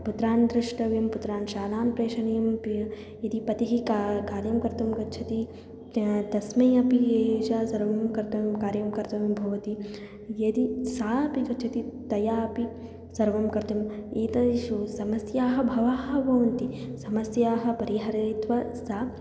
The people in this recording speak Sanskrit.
पुत्रान् द्रष्टव्यं पुत्रान् शालां प्रेषणीयम् अपि इति पतिः का कार्यं कर्तुं गच्छति ता तस्मै अपि एषा सर्वं कर्तव्यं कार्यं कर्तव्यं भवति यदि सापि गच्छति तया अपि सर्वं कर्तुम् एतेषु समस्याः भवन्ति भवन्ति समस्याः परिहरति सा